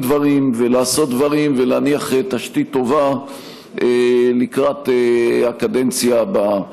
דברים ולעשות דברים ולהניח תשתית טובה לקראת הקדנציה הבאה.